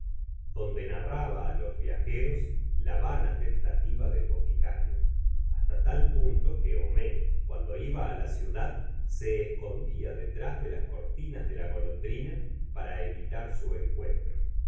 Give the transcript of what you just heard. donde narraba á los viajeros la vana tentativa del boticario hasta tal punto que homais cuando iba á la ciudad se escondía detrás de las cortinas de la golondrina para evitar su encuentro